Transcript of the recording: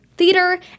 theater